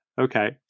okay